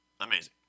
Amazing